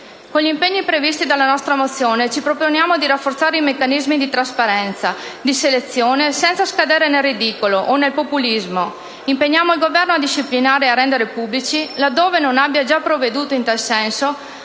Con gli impegni previsti dalla nostra mozione ci proponiamo di rafforzare i meccanismi di trasparenza e di selezione, senza scadere nel ridicolo o nel populismo. In particolare, proponiamo di impegnare il Governo: a disciplinare e a rendere pubblici - laddove non abbia già provveduto in tal senso